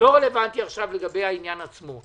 לא רלוונטי לגבי העניין עצמו.